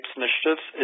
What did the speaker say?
initiatives